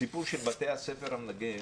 הסיפור שלי, בתי הספר המנגן